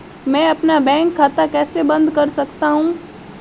मैं अपना बैंक खाता कैसे बंद कर सकता हूँ?